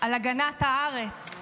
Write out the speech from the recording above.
על הגנת הארץ.